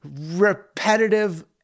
repetitive